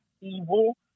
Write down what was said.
evil